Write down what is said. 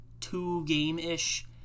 two-game-ish